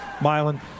Milan